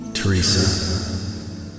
Teresa